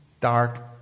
dark